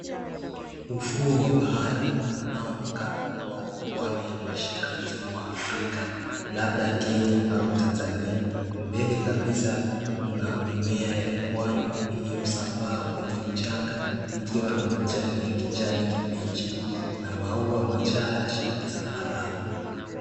Ufuo wa bahari unaoonekana kuwa wa pwani ya mashariki mwa Afrika, labda Kenya au Tanzania. Mbele kabisa kuna mimia ya pwani iliyosambaa kwenye mchanga ikiwa na majani ya kijani kibichi na maua machache ya zambarau.